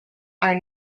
are